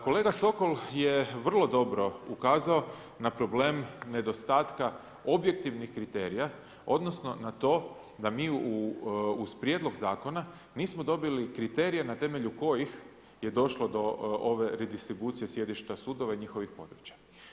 Kolega Sokol je vrlo dobro ukazao na problem nedostatka objektivnih kriterija, odnosno na to da mi uz prijedlog zakona nismo dobili kriterije na temelju kojih je došlo do ove redistribucije sjedišta sudova i njihovih područja.